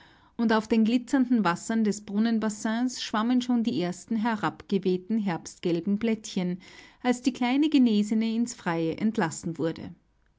und auf den glitzernden wassern des brunnenbassins schwammen schon die ersten herabgewehten herbstgelben blättchen als die kleine genesene ins freie entlassen wurde